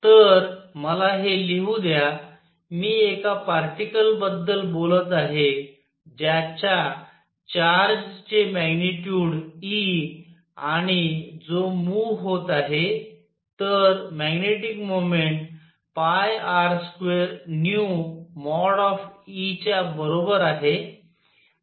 तर मला हे लिहू द्या मी एका पार्टीकल बद्दल बोलत आहे ज्याच्या चार्ज चे मॅग्निट्युड e आणि जो मूव्ह होत आहे तर मॅग्नेटिक मोमेन्ट R2ν । e ।च्या बरोबर आहे